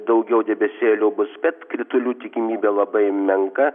daugiau debesėlių bus bet kritulių tikimybė labai menka